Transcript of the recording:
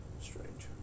strange